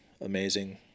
amazing